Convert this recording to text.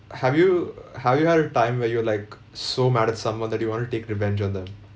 have you have you had a time where you're like so mad at someone that you want to take revenge on them